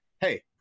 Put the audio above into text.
hey